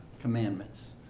commandments